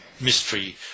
mystery